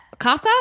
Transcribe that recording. Kafka